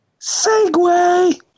Segway